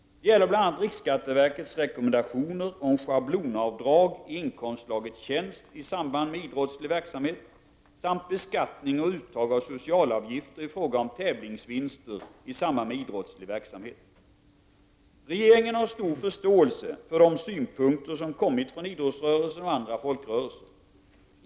Det gäller bl.a. riksskatteverkets rekommendationer om schablonavdrag i inkomstslaget tjänst i samband med idrottslig verksamhet samt beskattning och uttag av socialavgifter i fråga om tävlingsvinster i samband med idrottslig verksamhet. Regeringen har stor förståelse för de synpunkter som kommit från idrottsrörelsen och andra folkrörelser.